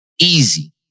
easy